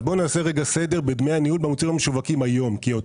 אז בואו נעשה רגע סדר בדמי הניהול במוצרים המשווקים כיום.